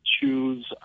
choose